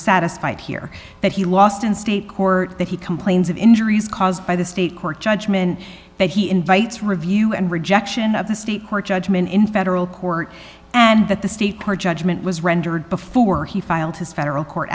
satisfied here that he lost in state court that he complains of injuries caused by the state court judgment that he invites review and rejection of the state court judgement in federal court and that the state park judgment was rendered before he filed his federal court